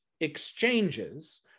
exchanges